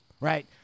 right